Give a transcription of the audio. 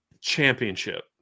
championship